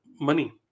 money